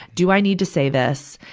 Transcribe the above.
do i need to say this?